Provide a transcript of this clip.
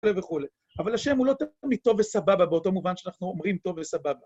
וכולי וכולי, אבל השם הוא לא תמיד טוב וסבבה באותו מובן שאנחנו אומרים טוב וסבבה